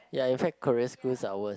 ya in fact career skills are worse